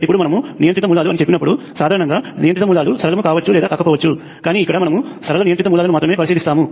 ఇప్పుడు మనము నియంత్రిత మూలాలు అని చెప్పినప్పుడు సాధారణంగా నియంత్రణ మూలాలు సరళము కావచ్చు లేదా కాకపోవచ్చు కానీ ఇక్కడ మనము సరళ నియంత్రిత మూలాలను మాత్రమే పరిశీలిస్తాము